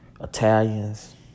Italians